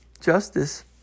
Justice